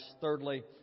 Thirdly